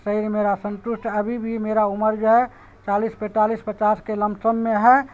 شریر میرا سنٹوشٹ ابھی بھی میرا عمر جو ہے چالیس پینتالیس پچاس کے لمسم میں ہے